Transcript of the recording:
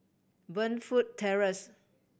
Burnfoot Terrace